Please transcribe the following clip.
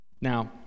Now